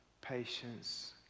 patience